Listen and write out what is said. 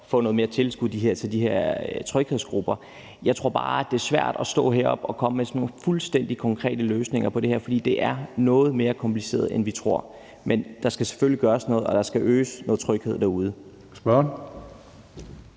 noget mere tilskud til de her tryghedsgrupper. Jeg tror bare, det er svært at stå heroppe og komme med sådan nogle fuldstændig konkrete løsninger på det her, fordi det er noget mere kompliceret, end vi tror. Men der skal selvfølgelig gøres noget, og der skal øges noget tryghed derude.